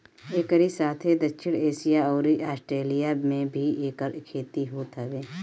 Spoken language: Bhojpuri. एकरी साथे दक्षिण एशिया अउरी आस्ट्रेलिया में भी एकर खेती होत हवे